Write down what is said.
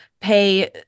pay